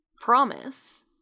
promise